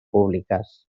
públiques